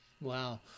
Wow